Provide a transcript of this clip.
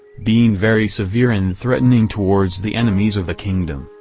being very severe and threatening towards the enemies of the kingdom,